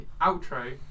outro